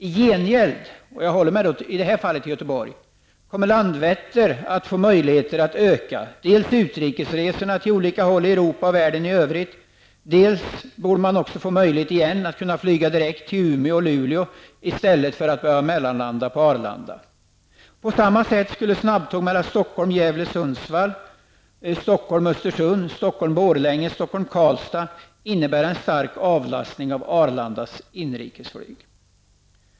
I gengäld -- jag håller mig i det här fallet till Göteborg -- kommer Landvetter att få möjligheter att öka dels utrikesresorna till olika håll i Europa och världen i övrigt, dels borde man åter få möjlighet att flyga direkt till Umeå och Luleå istället för att behöva mellanlanda på Arlanda. På samma sätt skulle snabbtåg Stockholm--Gävle-- Borlänge, Stockholm--Karlstad innebära en stark avlastning av Arlandas inrikesflyg.